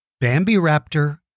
Bambi-Raptor